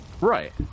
right